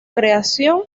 creación